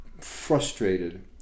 frustrated